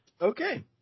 Okay